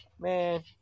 man